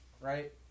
Right